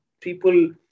people